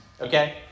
okay